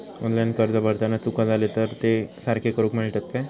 Online अर्ज भरताना चुका जाले तर ते सारके करुक मेळतत काय?